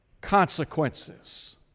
consequences